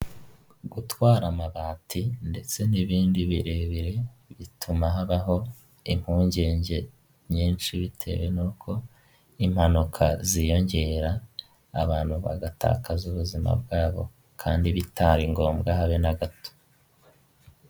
Gutwara amabati ndetse n'ibindi birebire bituma habaho impungenge nyinshi, bitewe n'uko impanuka ziyongera, abantu bagatakaza ubuzima bwabo kandi bitari ngombwa habe na gato.